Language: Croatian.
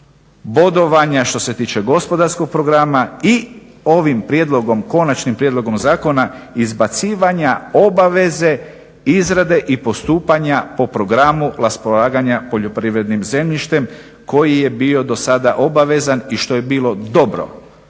bodovanja što se tiče gospodarskog programa i ovim prijedlogom, konačnim prijedlogom zakona izbacivanja obaveze izrade i postupanja po programu raspolaganja poljoprivrednim zemljištem koji je bio do sada obavezan i što je bilo dobro.